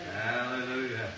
Hallelujah